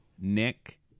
Nick